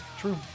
true